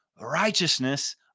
righteousness